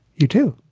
you too